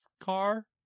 car